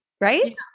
Right